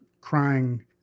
crying